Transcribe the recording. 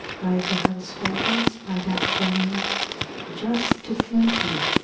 by the householders, by that family just to feed you,